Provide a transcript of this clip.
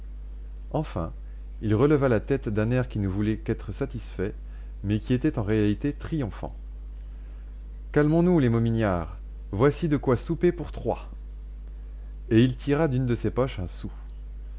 enfin il releva la tête d'un air qui ne voulait qu'être satisfait mais qui était en réalité triomphant calmons nous les momignards voici de quoi souper pour trois et il tira d'une de ses poches un sou